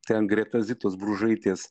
ten greta zitos bružaitės